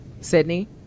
Sydney